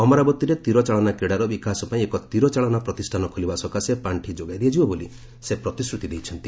ଅମରାବତୀରେ ତୀର ଚାଳନା କ୍ରୀଡ଼ାର ବିକାଶ ପାଇଁ ଏକ ତୀରଚାଳନା ପ୍ରତିଷ୍ଠାନ ଖୋଲିବା ସକାଶେ ପାର୍ଷି ଯୋଗାଇ ଦିଆଯିବ ବୋଲି ସେ ପ୍ରତିଶ୍ରତି ଦେଇଛନ୍ତି